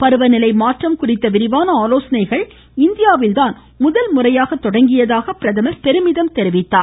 பருவநிலை மாற்றம் குறித்த விரிவான ஆலோசனைகள் இந்தியாவில்தான் முதல்முறையாக தொடங்கியதாக பிரதமர் பெருமிதம் தெரிவித்தார்